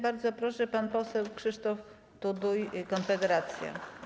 Bardzo proszę, pan poseł Krzysztof Tuduj, Konfederacja.